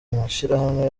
amashirahamwe